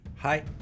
Hi